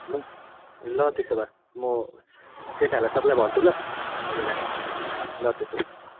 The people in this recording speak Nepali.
ल त्यसो भए म म केटाहरूलाई सबैलाई भन्छु ल अहिले राखेको ल त्यसो भए